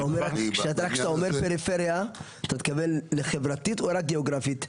כשאתה אומר פריפריה אתה מתכוון לחברתית או רק גיאוגרפית?